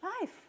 life